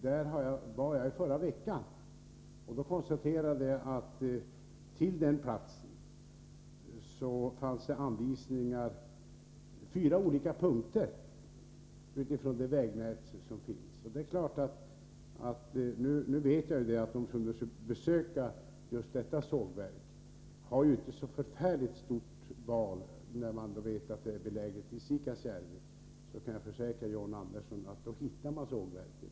Där var jag i förra veckan, och då konstaterade jag att till den platsen fanns det vägvisningar på fyra olika punkter av vägnätet. Nu vet jag ju att de som skall besöka just det sågverk som det här är fråga om inte har så många vägar att välja på, när man vet att sågverket är beläget i Siekasjärvi. Jag kan alltså försäkra John Andersson att man då hittar sågverket.